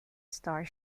star